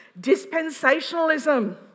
Dispensationalism